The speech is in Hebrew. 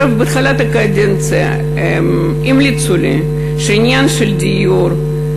בתחילת הקדנציה המליצו לי בעניין הדיור,